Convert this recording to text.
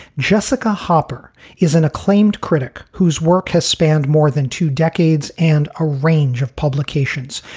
jessica hopper is an acclaimed critic whose work has spanned more than two decades and a range of publications,